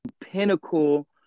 Pinnacle